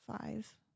five